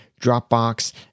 Dropbox